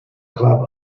club